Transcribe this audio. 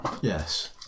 yes